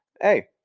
hey